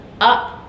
up